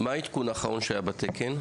מהו העדכון האחרון שנעשה בתקן?